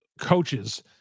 coaches